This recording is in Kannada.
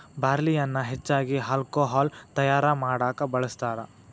ಬಾರ್ಲಿಯನ್ನಾ ಹೆಚ್ಚಾಗಿ ಹಾಲ್ಕೊಹಾಲ್ ತಯಾರಾ ಮಾಡಾಕ ಬಳ್ಸತಾರ